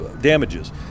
damages